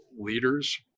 leaders